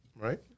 right